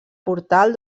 portal